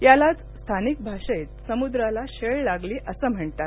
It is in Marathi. यालाच स्थानिक भाषेत समुद्राला शेळ लागली असं म्हणतात